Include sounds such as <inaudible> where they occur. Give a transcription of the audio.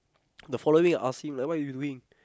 <noise> the following week like ask him like what are you doing